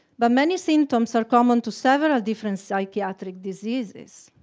but many symptoms are common to several different psychiatric diseases.